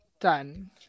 Done